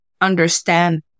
understand